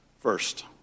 First